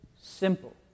simple